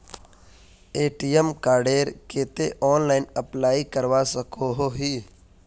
ATM कार्डेर केते online apply करवा सकोहो ही?